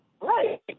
Right